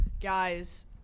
guys